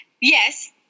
Yes